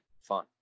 fun